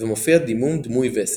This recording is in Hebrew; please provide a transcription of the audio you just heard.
ומופיע דימום דמוי וסת.